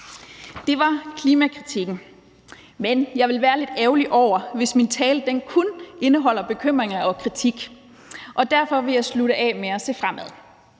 Det var klimakritikken, men jeg vil være lidt ærgerlig, hvis min tale kun indeholder bekymring og kritik. Derfor vil jeg slutte af med at se fremad.